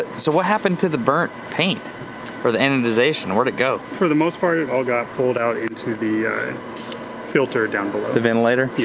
so what happened to the burnt paint for the anodization? where'd it go? for the most part, it all got pulled out into the filter down below. the ventilator? yeah.